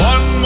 One